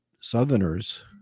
southerners